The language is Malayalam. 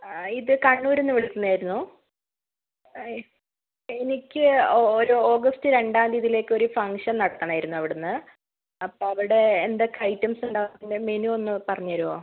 ഇത് കണ്ണൂരിൽ നിന്ന് വിളിക്കുന്നത് ആയിരുന്നു എനിക്ക് ഒരു ഓഗസ്റ്റ് രണ്ടാം തീയ്യതിയിലേക്ക് ഒരു ഫംഗ്ഷൻ നടത്തണമായിരുന്നു അവിടെ നിന്ന് അപ്പോൾ അവിടെ എന്തൊക്കെ ഐറ്റംസുണ്ടാവും അതിൻ്റെ മെനു ഒന്ന് പറഞ്ഞു തരുമോ